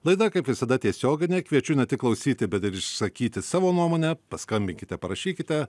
laida kaip visada tiesioginė kviečiu ne tik klausyti bet ir išsakyti savo nuomonę paskambinkite parašykite